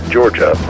Georgia